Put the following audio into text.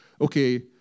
okay